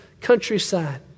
countryside